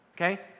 Okay